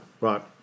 right